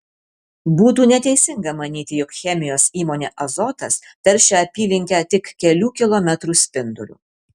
būtų neteisinga manyti jog chemijos įmonė azotas teršia apylinkę tik kelių kilometrų spinduliu